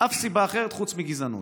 אף סיבה אחרת חוץ מגזענות.